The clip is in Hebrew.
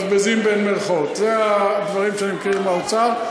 זה הדברים שאני מכיר מהאוצר.